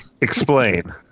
Explain